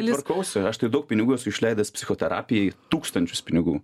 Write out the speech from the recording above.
tvarkausi aš tai daug pinigų esu išleidęs psichoterapijai tūkstančius pinigų